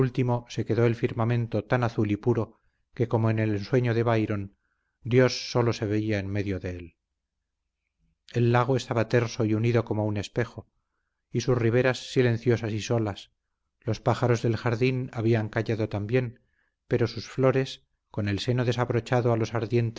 se quedó el firmamento tan azul y puro que como en el ensueño de byron dios sólo se veía en medio de él el lago estaba terso y unido como un espejo y sus riberas silenciosas y solas los pájaros del jardín habían callado también pero sus flores con el seno desabrochado a los